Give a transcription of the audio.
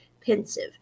pensive